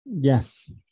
Yes